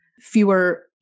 fewer